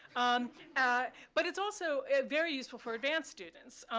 um but it's also very useful for advanced students,